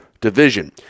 division